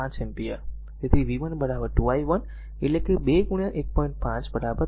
5 ampere તેથી v 1 2 i1 એટલે કે 2 1